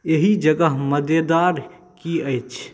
एहि जगह मजेदार की अछि